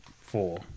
four